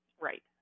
right